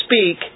speak